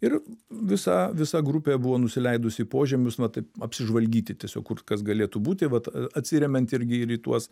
ir visa visa grupė buvo nusileidusi į požemius na taip apsižvalgyti tiesiog kur kas galėtų būti vat atsiremiant irgi ir į tuos